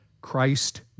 Christ